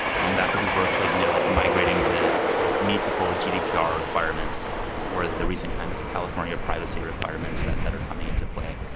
um that could be work like you know like migrating to to meet the full gdpr requirements or the recent kind of california privacy requirements that that are coming into play.